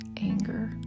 anger